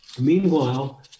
meanwhile